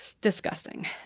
Disgusting